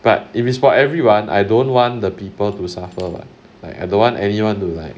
but if it's for everyone I don't want the people to suffer like I don't want anyone to like